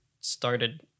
started